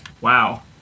Wow